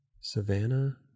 Savannah